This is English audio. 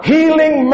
Healing